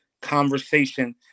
conversation